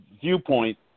viewpoint